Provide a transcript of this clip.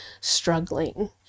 struggling